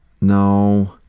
No